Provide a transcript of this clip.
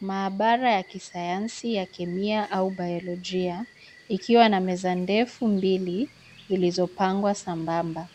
Maabara ya kisayansi ya kemia au biologia, ikiwa na meza ndefu mbili, zilizopangwa sambamba.